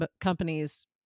companies